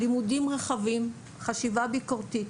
לימודים רחבים, חשיבה ביקורתית,